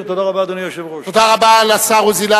היה מתישהו לתקן את העיוות הזה.